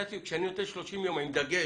כשאני נותן 30 יום עם דגש,